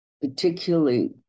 particularly